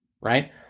right